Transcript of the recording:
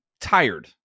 tired